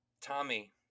Tommy